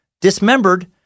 dismembered